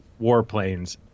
warplanes